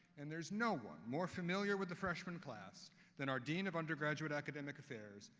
and there is no one more familiar with the freshman class than our dean of undergraduate academic affairs,